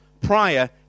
prior